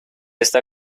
está